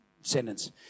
sentence